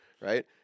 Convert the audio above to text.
right